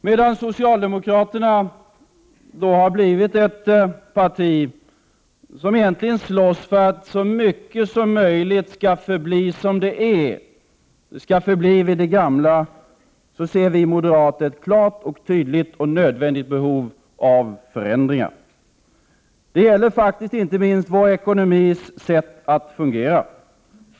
Medan socialdemokraterna har blivit ett parti som egentligen slåss för att så mycket som möjligt skall förbli vid det gamla, ser moderaterna ett klart och tydligt behov av förändringar. Det gäller faktiskt inte minst vår ekonomis sätt att fungera.